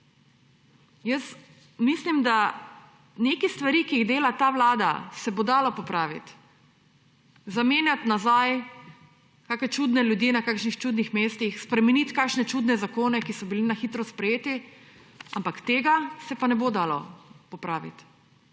Jaz mislim, da nekaj stvari, ki jih dela ta Vlada, se bo dalo popravit. Zamenjat nazaj kake čudne ljudi, na kakšnih čudnih mestih, spremenit kakšne čudne zakone, ki so bili na hitro sprejeti, ampak tega se pa ne bo dalo popravit,